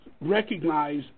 recognize